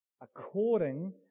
according